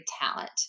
talent